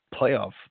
playoff